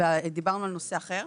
ודיברנו על נושא אחר.